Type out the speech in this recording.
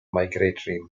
migratory